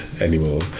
anymore